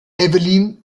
evelyn